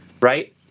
right